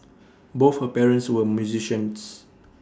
both her parents were musicians